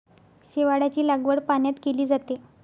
शेवाळाची लागवड पाण्यात केली जाते